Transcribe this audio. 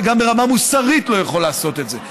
וגם ברמה המוסרית הוא לא יכול לעשות את זה.